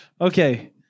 Okay